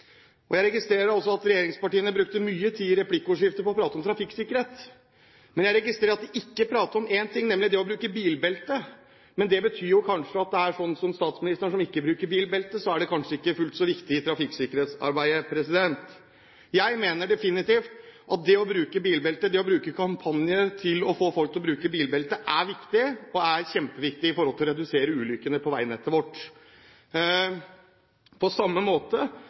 trafikksikkerhet. Jeg registrerer også at regjeringspartiene har brukt mye tid i replikkordskifter på å prate om trafikksikkerhet. Men jeg registrerer at det er én ting de ikke prater om, nemlig det å bruke bilbelte. Det betyr kanskje at det er sånn at når statsministeren ikke bruker bilbelte, er det kanskje ikke fullt så viktig i trafikksikkerhetsarbeidet. Jeg mener definitivt at det å bruke bilbelte og det å ha en kampanje for å få folk til å bruke bilbelte er kjempeviktig for å redusere antallet ulykker på veinettet vårt – på samme måte